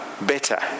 better